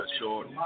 short